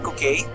Okay